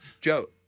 Joe